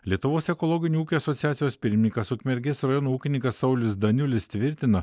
lietuvos ekologinių ūkių asociacijos pirmininkas ukmergės rajono ūkininkas saulius daniulis tvirtina